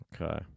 Okay